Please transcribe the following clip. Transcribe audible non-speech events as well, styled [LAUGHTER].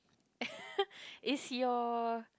[LAUGHS] is your